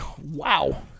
wow